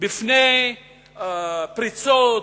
בפני פריצות,